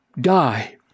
die